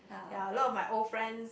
ya a lot of my old friends